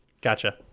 Gotcha